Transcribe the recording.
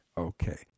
okay